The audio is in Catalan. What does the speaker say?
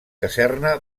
caserna